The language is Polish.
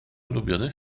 ulubiony